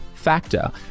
Factor